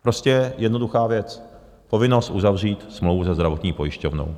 Prostě jednoduchá věc povinnost uzavřít smlouvu se zdravotní pojišťovnou.